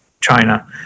China